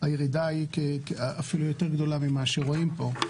הירידה היא אפילו יותר גדולה ממה שרואים פה.